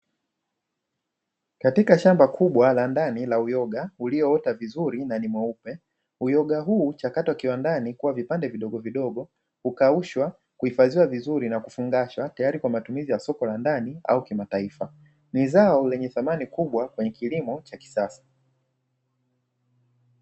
Katika shamba kubwa la ndani la uyoga ulioota vizuri na ni mweupe, uyoga huu uchakatwa viwandani kuwa vipande vidogovidogo, hukaushwa na kuifadhiwa vizuri na kufungashwa, tayari kwa matumizi ya soko la ndani au kimataifa. Ni zao lenye samani kubwa kwenye kilimo cha kisasa.